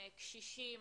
קשישים.